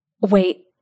Wait